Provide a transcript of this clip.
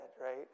right